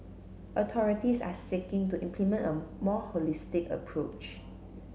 authorities are seeking to implement a more holistic approach